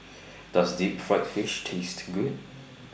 Does Deep Fried Fish Taste Good